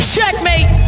Checkmate